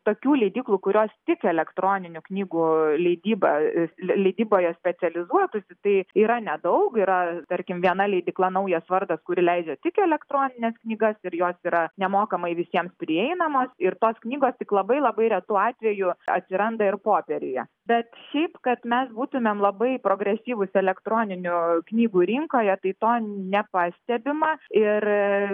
tokių leidyklų kurios tik elektroninių knygų leidybą leidyboje specializuotųsi tai yra nedaug yra tarkim viena leidykla naujas vardas kuri leidžia tik elektronines knygas ir jos yra nemokamai visiems prieinamos ir tos knygos tik labai labai retu atveju atsiranda ir popieriuje bet šiaip kad mes būtumėm labai progresyvūs elektroninių knygų rinkoje tai to nepastebima ir